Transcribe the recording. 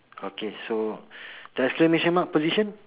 okay so the exclamation mark position